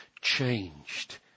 changed